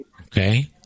okay